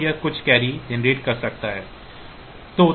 तो यह कुछ कैरी जनरेट कर सकता है